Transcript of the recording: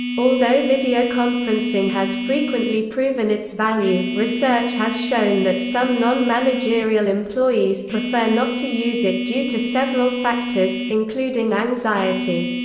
although videoconferencing has frequently proven its value, research has shown that some non-managerial employees prefer not to use it due to several factors, including anxiety.